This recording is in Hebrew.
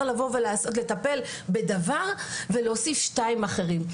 לטפל בדבר ולהוסיף שני דברים אחרים.